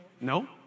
No